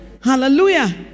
Hallelujah